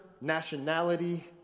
nationality